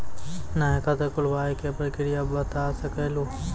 नया खाता खुलवाए के प्रक्रिया बता सके लू?